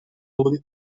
rule